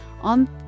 on